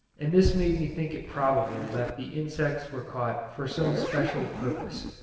and this made me think it probable that the insects were caught for some special purpose.